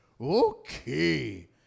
Okay